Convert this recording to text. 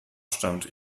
stammt